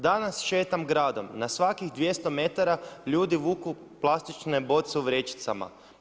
Danas šetam gradom, na svakih 200 metara ljudi vuku plastične boce u vrećicama.